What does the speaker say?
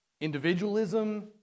individualism